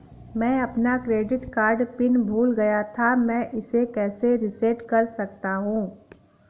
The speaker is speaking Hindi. मैं अपना क्रेडिट कार्ड पिन भूल गया था मैं इसे कैसे रीसेट कर सकता हूँ?